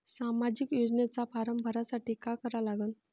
सामाजिक योजनेचा फारम भरासाठी का करा लागन?